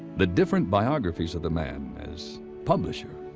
the different biographies of the man as publisher,